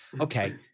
Okay